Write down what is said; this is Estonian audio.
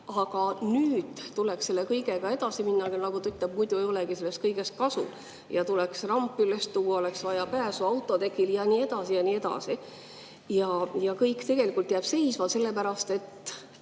Aga nüüd tuleks selle kõigega edasi minna. Nagu ta ütleb, muidu ei ole sellest kõigest kasu. Tuleks ramp üles tuua, oleks vaja pääsu autotekile ja nii edasi ja nii edasi. Aga kõik jääb seisma sellepärast, et